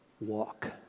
walk